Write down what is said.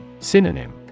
Synonym